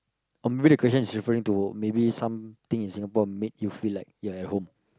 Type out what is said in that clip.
or maybe the question is referring to maybe something in Singapore make you feel like you're at home